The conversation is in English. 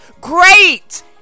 Great